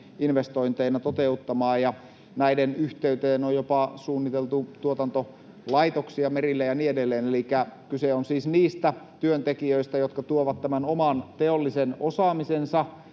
merituulivoimainvestointeina toteuttamaan, ja näiden yhteyteen on jopa suunniteltu tuotantolaitoksia merillä ja niin edelleen. Elikkä kyse on siis niistä työntekijöistä, jotka tuovat tämän oman teollisen osaamisensa